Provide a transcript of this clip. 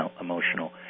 emotional